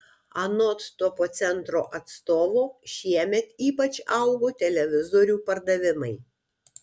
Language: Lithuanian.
anot topo centro atstovo šiemet ypač augo televizorių pardavimai